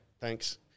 thanks